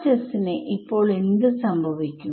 RHS ന് ഇപ്പോൾ എന്ത് സംഭവിക്കും